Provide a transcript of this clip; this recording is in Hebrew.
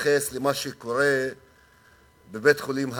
מתייחס בכאב לב למה שקורה בבית-החולים "הדסה".